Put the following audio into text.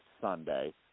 Sunday